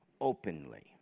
openly